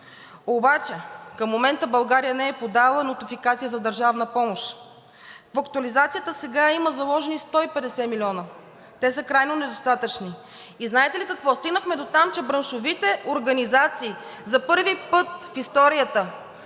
но към момента България не е подала нотификация за държавна помощ. В актуализацията сега има заложени 150 милиона, но те са крайно недостатъчни. И знаете ли какво? Стигнахме дотам, че браншовите организации за първи път в историята